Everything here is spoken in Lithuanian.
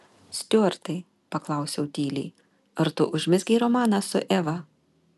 stiuartai paklausiau tyliai ar tu užmezgei romaną su eva